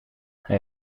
hij